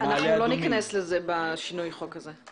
אנחנו לא ניכנס לזה בשינוי החוק הזה.